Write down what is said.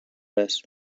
res